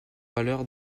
valeur